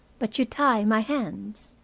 but you tie my hands.